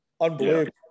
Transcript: unbelievable